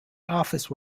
office